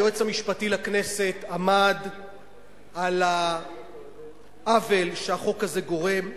היועץ המשפטי לכנסת עמד על העוול שהחוק הזה גורם לבעלי,